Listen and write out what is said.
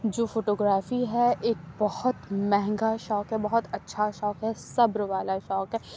جو photography ہے ایک بہت مہنگا شوق ہے بہت اچھا شوق ہے صبر والا شوق ہے